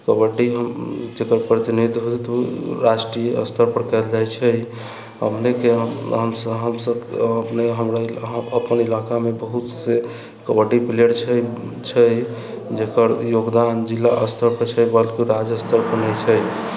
कबड्डी जकर प्रतिनिधित्व राष्ट्रीय स्तरपर कएल जाइ छै अपनेके हमसब अपन इलाकामे बहुत कबड्डी प्लेअर छै जकर योगदान जिला स्तरपर छै बल्कि राज्य स्तरपर भी छै